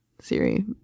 Siri